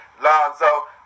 Lonzo